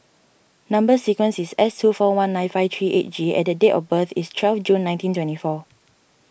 Number Sequence is S two four one nine five three eight G and the date of birth is twelve June nineteen twenty four